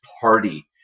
party